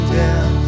down